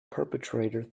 perpetrator